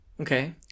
Okay